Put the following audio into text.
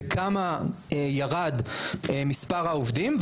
בכמה ירד מספר העובדים,